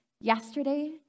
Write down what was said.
yesterday